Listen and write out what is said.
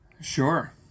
Sure